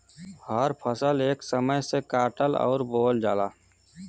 हर फसल एक समय से काटल अउर बोवल जाला